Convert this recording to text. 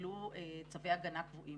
שקיבלו צווי הגנה קבועים,